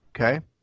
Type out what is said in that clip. okay